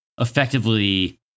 effectively